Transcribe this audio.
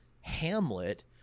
hamlet